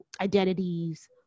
identities